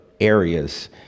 areas